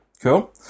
Cool